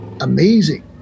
amazing